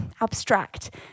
abstract